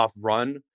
run